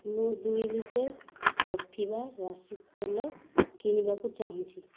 ମୁଁ ଦୁଇ ଲିଟର୍ କପିଭା ରାଶି ତେଲ କିଣିବାକୁ ଚାହୁଁଛି